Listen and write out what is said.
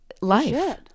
life